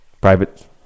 Private